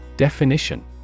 Definition